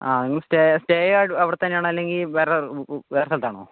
ആ നിങ്ങൾ സ്റ്റേ സ്റ്റേയാണോ അവിടെ തന്നെയാണോ അല്ലെങ്കിൽ വേറെ വേറെ സ്ഥലത്താണോ